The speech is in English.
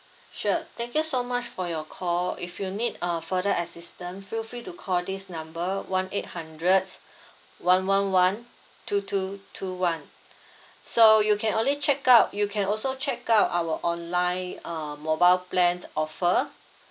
sure thank you so much for your call if you need uh further assistant feel free to call this number one eight hundred one one one two two two one so you can only check out you can also check out our online uh mobile plans offer